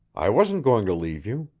i wasn't going to leave you.